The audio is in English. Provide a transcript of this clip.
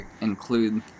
include